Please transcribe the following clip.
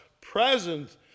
presence